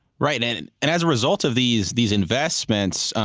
right. and and and as a result of these these investments,